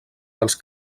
dels